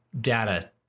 data